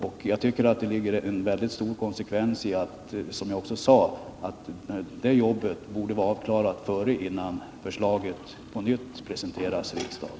Som jag sade borde det arbetet vara avklarat, innan ett förslag på nytt presenteras för riksdagen.